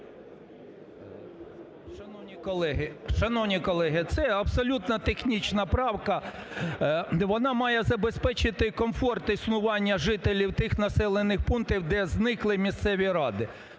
Шановні колеги, це абсолютно технічна правка, вона має забезпечити комфорт існування жителів тих населених пунктів, де зникли місцеві ради.